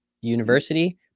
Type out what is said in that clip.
University